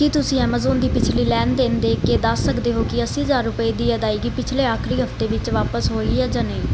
ਕੀ ਤੁਸੀਂਂ ਐਮਾਜ਼ਾਨ ਦੀ ਪਿਛਲੀ ਲੈਣ ਦੇਣ ਦੇਖ ਕੇ ਦੱਸ ਸਕਦੇ ਹੋ ਕਿ ਅੱਸੀ ਹਜ਼ਾਰ ਰੁਪਏ ਦੀ ਅਦਾਇਗੀ ਪਿਛਲੇ ਆਖਰੀ ਹਫ਼ਤੇ ਵਿੱਚ ਵਾਪਸ ਹੋਈ ਹੈ ਜਾਂ ਨਹੀਂ